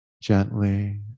gently